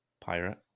pirate